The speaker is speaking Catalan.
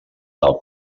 del